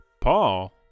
Paul